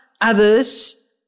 others